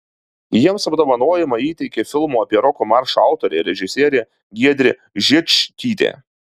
jiems apdovanojimą įteikė filmo apie roko maršą autorė režisierė giedrė žičkytė